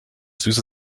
süße